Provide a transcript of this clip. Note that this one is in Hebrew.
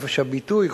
חופש הביטוי,